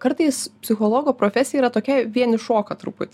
kartais psichologo profesija yra tokia vien į šoka truputį